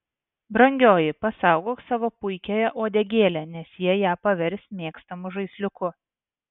brangioji pasaugok savo puikiąją uodegėlę nes jie ją pavers mėgstamu žaisliuku